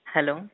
Hello